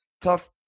tough